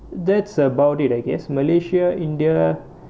that's about it I guess malaysia india